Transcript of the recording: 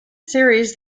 series